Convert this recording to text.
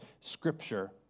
scripture